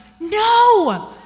no